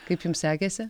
kaip jums sekėsi